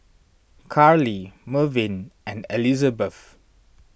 Carly Mervyn and Elizebeth